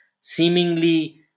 seemingly